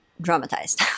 dramatized